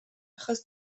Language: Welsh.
achos